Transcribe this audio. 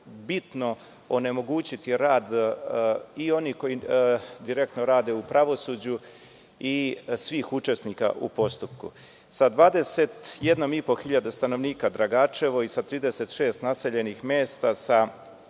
bitno onemogućiti rad i onih koji direktno rade u pravosuđu i svih učesnika u postupku. Dragačevo sa 21.500 stanovnika i sa 36 naseljenih mesta,